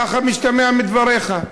ככה משתמע מדבריך,